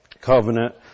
covenant